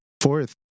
Fourth